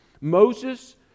Moses